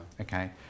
okay